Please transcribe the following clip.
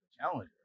Challenger